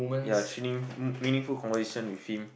ya meaningful conversation with him